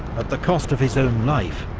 at the cost of his own life,